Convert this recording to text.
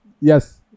Yes